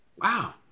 wow